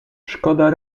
szkoda